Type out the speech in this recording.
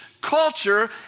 culture